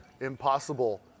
impossible